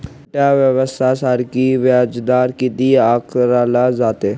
छोट्या व्यवसायासाठी व्याजदर किती आकारला जातो?